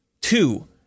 Two